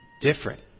different